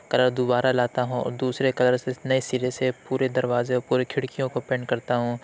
colour دوبارہ لاتا ہوں اور دوسرے کلر سے نئے سرے سے پورے دروازے پورے کھڑکیوں کو پینٹ کرتا ہوں